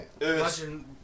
Imagine